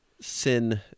sin